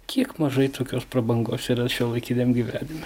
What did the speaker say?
kiek mažai tokios prabangos yra šiuolaikiniam gyvenime